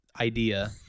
idea